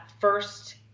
first